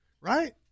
Right